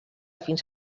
fins